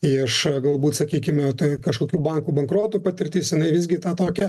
iš galbūt sakykime kažkokių bankų bankrotų patirtis jinai visgi tą tokią